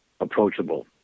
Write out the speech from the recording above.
approachable